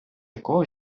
якого